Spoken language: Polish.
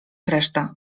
reszta